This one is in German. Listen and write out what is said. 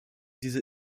diese